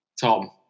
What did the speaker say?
Tom